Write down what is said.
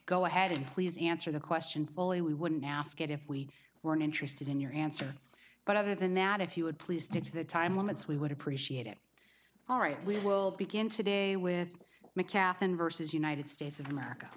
go ahead and please answer the question fully we wouldn't ask it if we were interested in your answer but other than that if you would please take the time limits we would appreciate it all right we will begin today with mcafee and verses united states of america